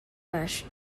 rush